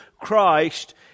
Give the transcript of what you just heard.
Christ